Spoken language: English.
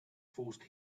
forced